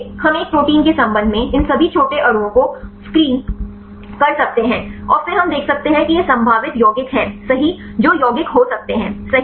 इसलिए हम एक प्रोटीन के संबंध में इन सभी छोटे अणुओं को स्क्रीन कर सकते हैं और फिर हम देख सकते हैं कि ये संभावित यौगिक हैं सही जो यौगिक हो सकते हैं